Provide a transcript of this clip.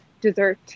dessert